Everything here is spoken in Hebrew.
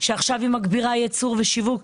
שעכשיו מגבירה ייצור ושיווק,